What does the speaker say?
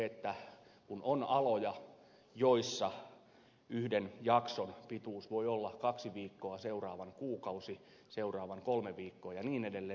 kun on aloja joilla yhden jakson pituus voi olla kaksi viikkoa seuraavan kuukausi seuraavan kolme viikkoa ja niin edelleen